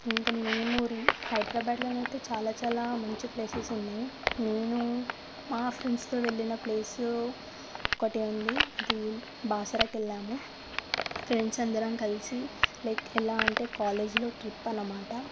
ఇంక మేము హైడ్రబ్యాడ్లోనైతే చాలా చాలా మంచి ప్లేసెస్ ఉన్నాయి నేను మా ఫ్రెండ్సుతో వెళ్ళిన ప్లేసు ఒకటి ఉంది అది బాసరకు వెళ్ళాము ఫ్రెండ్స్ అందరం కలిసి లైక్ ఎలా అంటే కాలేజ్లో ట్రిప్ అన్నమాట